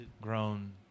grown